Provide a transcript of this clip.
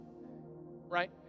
right